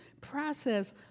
process